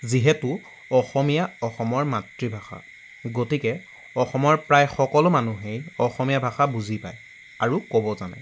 যিহেতু অসমীয়া অসমৰ মাতৃভাষা গতিকে অসমৰ প্ৰায় সকলো মানুহেই অসমীয়া ভাষা বুজি পায় আৰু ক'ব জানে